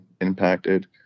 impacted